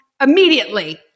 immediately